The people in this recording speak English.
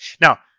Now